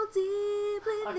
deeply